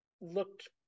looked